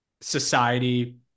society